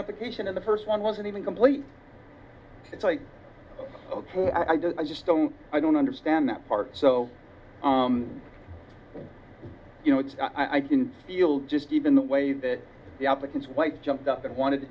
application of the first one wasn't even complete it's like i just i just don't i don't understand that part so you know it's i didn't feel just even the way that the applicant's whites jumped up and wanted to